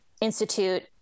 institute